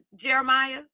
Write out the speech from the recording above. Jeremiah